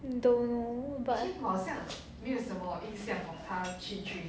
don't know but